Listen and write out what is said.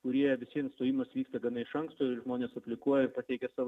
kurie vis vien įstojimas vyksta gana iš anksto ir žmonės aplikuoja ir pateikia savo